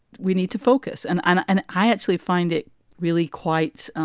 we need to focus. and and and i actually find it really quite.